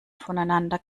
voneinander